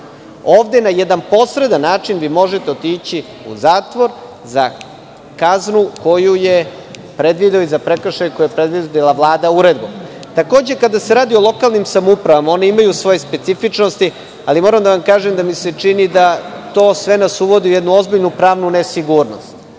Ovde na jedan posredan način vi možete otići u zatvor za kaznu koju je predvidela i za prekršaj koju je predvidela Vlada uredbom. Takođe, kada se radi o lokalnim samoupravama, one imaju svoje specifičnosti, ali moram da vam kažem da mi se čini da nas to sve uvodi u jednu ozbiljnu pravnu nesigurnost.